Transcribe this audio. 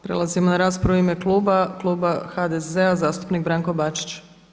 Prelazimo na raspravu u ime kluba, kluba HDZ-a zastupnik Branko Bačić.